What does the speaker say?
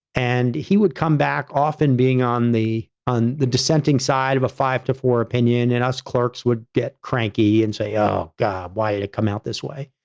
and he would come back often being on the on the dissenting side of a five to four opinion, and us clerks would get cranky and say, oh, god, why did it come out this way?